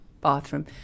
bathroom